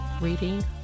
reading